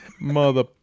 Mother